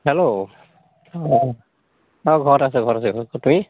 hello অঁ অঁ ঘৰত আছোঁ ঘৰত আছোঁ ঘৰত আছোঁ তুমি